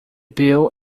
bill